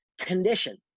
condition